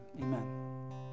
amen